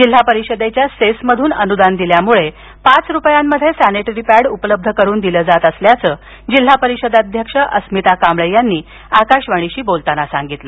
जिल्हा परिषदेच्या सेस मधून अनुदान दिल्यामुळे पाच रुपयांमध्ये सॅनिटरी पॅड उपलब्ध करून दिल जात असल्याचं जिल्हा परिषद अध्यक्ष अस्मिता कांबळे यांनी आकाशवाणीशी बोलताना सांगितलं